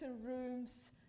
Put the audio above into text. rooms